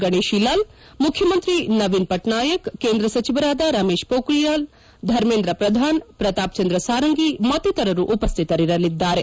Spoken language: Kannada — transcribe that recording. ಗಣೇಶಿಲಾಲ್ ಮುಖ್ಯಮಂತ್ರಿ ನವೀನ್ ಪಟ್ನಾಯಕ್ ಕೇಂದ್ರ ಸಚಿವರಾದ ರಮೇಶ್ ಮೋಖ್ರಿಯಾಲ್ ಧರ್ಮೇಂದ್ರ ಪ್ರಧಾನ್ ಪ್ರತಾಪ್ ಚಂದ್ರ ಸಾರಂಗಿ ಮತ್ತಿತರರು ಉಪಸ್ಸಿತರಿರಲಿದ್ದಾರೆ